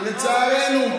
לצערנו,